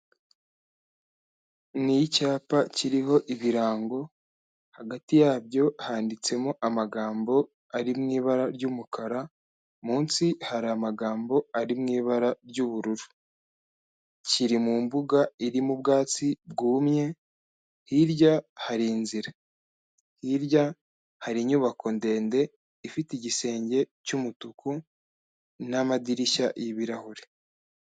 Ni icyapa kiriho ibirango, hagati yabyo handitsemo amagambo ari mu ibara ry'umukara, munsi hari amagambo ari mu ibara ry'ubururu. Kiri mu mbuga irimo ubwatsi bwumye, hirya hari inzira. Hirya hari inyubako ndende ifite igisenge cy'umutuku, n'amadirishya y'ibirahure.